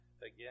again